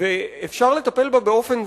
ואפשר לטפל בה באופן,